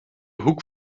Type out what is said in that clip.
hoek